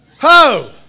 Ho